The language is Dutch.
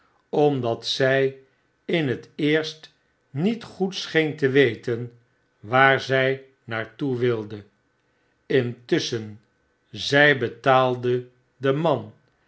omdat zy in het eerst niet goed scheen te weten waar zy naar toe wilde intusschen zy betaalde den man